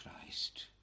Christ